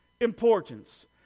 importance